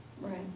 Right